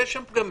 ויש שם פגמים,